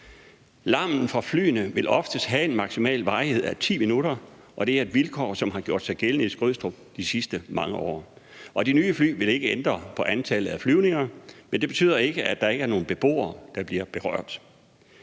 Larmen fra flyene vil oftest have en maksimal varighed på 10 minutter, og det er et vilkår, der har gjort sig gældende i Skrydstrup de sidste mange år, og de nye fly vil ikke ændre på antallet af flyvninger, men det betyder ikke, at der ikke er nogen beboere, der bliver berørt.